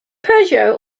peugeot